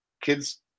kids